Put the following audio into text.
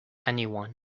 anyone